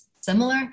similar